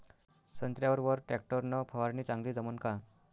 संत्र्यावर वर टॅक्टर न फवारनी चांगली जमन का?